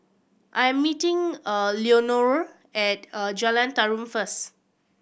I'm meeting Leonore at Jalan Tarum first